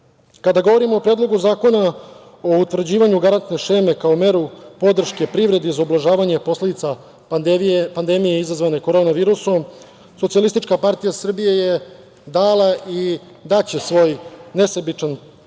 govorimo o Predlogu zakona o utvrđivanju garantne šeme kao mere podrške privredi za ublažavanje posledica pandemije izazvane korona virusom, SPS je dala i daće svoj nesebičan doprinos